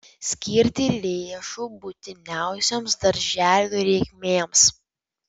skirti lėšų būtiniausioms darželių reikmėms